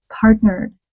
partnered